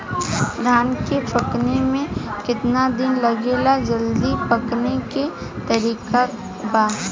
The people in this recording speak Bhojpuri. धान के पकने में केतना दिन लागेला जल्दी पकाने के तरीका बा?